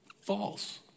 false